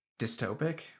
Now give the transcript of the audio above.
dystopic